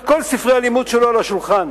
כל תלמיד שם את כל ספרי הלימוד שלו על השולחן,